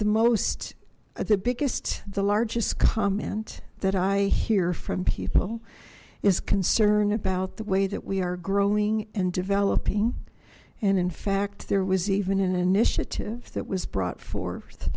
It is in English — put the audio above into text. the most the biggest the largest comment that i hear from people is concern about the way that we are growing and developing and in fact there was even an initiative that was brought forth